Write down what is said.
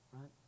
right